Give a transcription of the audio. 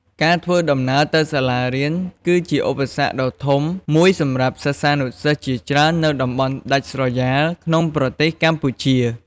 ការធ្វើដំណើរទៅសាលារៀនគឺជាឧបសគ្គដ៏ធំមួយសម្រាប់សិស្សានុសិស្សជាច្រើននៅតំបន់ដាច់ស្រយាលក្នុងប្រទេសកម្ពុជា។